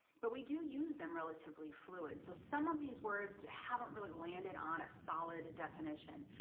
but we do use them relatively fluid. so some of these words haven't really landed on a solid definition.